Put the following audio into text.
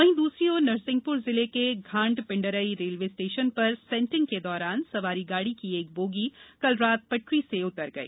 वहीं दूसरी ओर नरसिंहपुर जिले के घांटपिंडरई रेलवे स्टेशन पर सेंटिंग के दौरान सवारी गाड़ी की एक बोगी कल रात पटरी से उतर गई